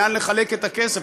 לאן לחלק את הכסף,